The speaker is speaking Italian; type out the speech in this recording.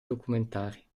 documentari